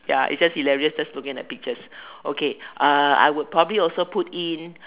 ya it's just hilarious just looking at the pictures okay uh I would probably also put in